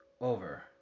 Over